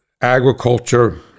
agriculture